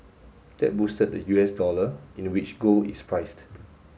that boosted the U S dollar in a which gold is priced